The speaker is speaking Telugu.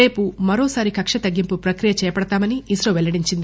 రేపు మరోసారి కక్ష్య తగ్గింపు ప్రక్రియ చేపడ్తామని ఇస్రో పెల్లడించింది